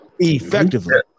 effectively